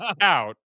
out